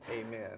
Amen